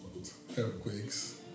earthquakes